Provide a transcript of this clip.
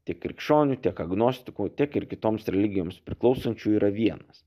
tiek krikščionių tiek agnostikų tiek ir kitoms religijoms priklausančių yra vienas